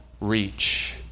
Reach